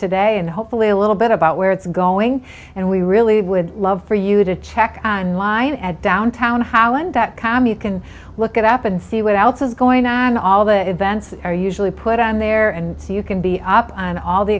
today and hopefully a little bit about where it's going and we really would love for you to check and line at downtown holland that com you can look it up and see what else is going on and all the events are usually put on there and so you can be up on all the